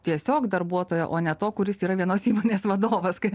tiesiog darbuotojo o ne to kuris yra vienos įmonės vadovas kai